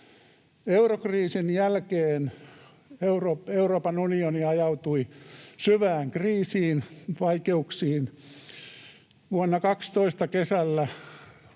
Eurokriisin jälkeen Euroopan unioni ajautui syvään kriisiin, vaikeuksiin. Vuonna 12 kesällä